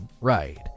Right